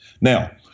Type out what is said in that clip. Now